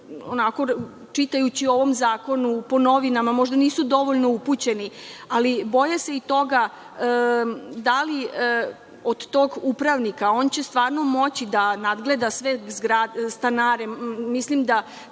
čitajući o ovom zakonu po novinama, možda nisu dovoljno upućeni, ali boje se i toga da upravnik, on će stvarno moći da nadgleda sve stanare, mislim da